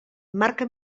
marca